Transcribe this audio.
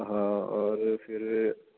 ہاں اور پھر